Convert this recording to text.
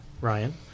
Ryan